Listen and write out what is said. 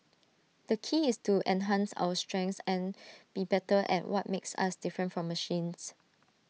the key is to enhance our strengths and be better at what makes us different from machines